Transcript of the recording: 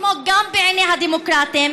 כמו גם בעיני הדמוקרטים,